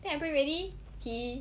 then I brake already he